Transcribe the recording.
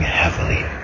heavily